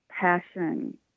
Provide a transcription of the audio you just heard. passion